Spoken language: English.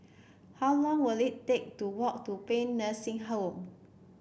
how long will it take to walk to Paean Nursing Home